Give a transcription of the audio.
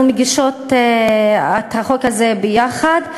אנחנו מגישות את החוק הזה יחד.